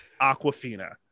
Aquafina